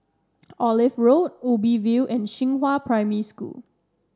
Olive Road Ubi View and Xinghua Primary School